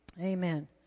Amen